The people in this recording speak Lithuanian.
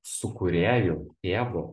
sukūrėju tėvu